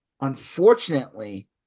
unfortunately